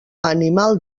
animal